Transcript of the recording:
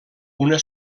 una